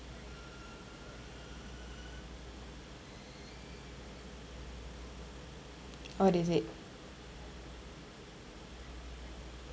oh is it